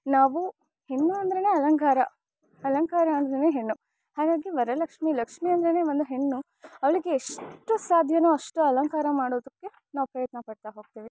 ನಾವು ಹೆಣ್ಣು ಅಂದ್ರೇ ಅಲಂಕಾರ ಅಲಂಕಾರ ಅಂದ್ರೇ ಹೆಣ್ಣು ಹಾಗಾಗಿ ವರಲಕ್ಷ್ಮಿ ಲಕ್ಷ್ಮಿ ಅಂದ್ರೇ ಒಂದು ಹೆಣ್ಣು ಅವಳಿಗೆ ಎಷ್ಟು ಸಾಧ್ಯವೋ ಅಷ್ಟು ಅಲಂಕಾರ ಮಾಡೋದಕ್ಕೆ ನಾವು ಪ್ರಯತ್ನಪಡ್ತಾ ಹೋಗ್ತೀವಿ